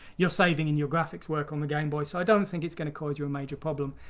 you're saving in your graphics work on the gameboy so i don't think it's going to cause you a major problem.